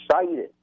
excited